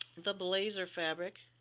the blazer fabric